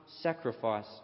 sacrifice